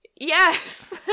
Yes